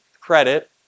credit